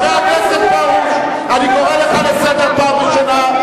חבר הכנסת פרוש, אני קורא אותך לסדר פעם ראשונה.